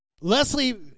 Leslie